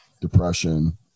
depression